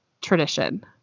tradition